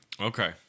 Okay